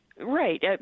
right